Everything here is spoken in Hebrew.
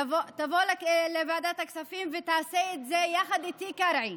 תבוא לוועדת הכספים ותעשה את זה יחד איתי, קרעי.